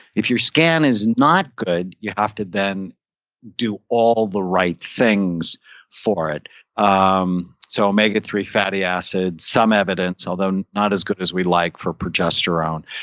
if your scan is not good, you have to then do all the right things for it um so omega three fatty acids, some evidence although not as good as we like for progesterone,